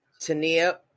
Tania